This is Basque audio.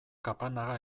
kapanaga